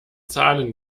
zahlen